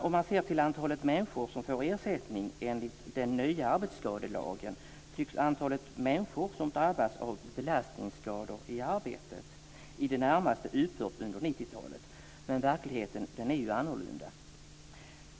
Om man ser till antalet människor som får ersättning enligt den nya arbetsskadelagen tycks de som drabbas av belastningsskador i arbetet i det närmaste utgått under 90-talet. Men verkligheten är annorlunda.